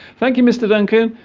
thank you mr. duncan